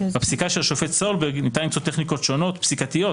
בפסיקתו של השופט סולברג ניתן למצוא טכניקות שונות פסיקתיות